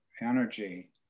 energy